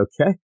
okay